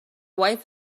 wife